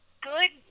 good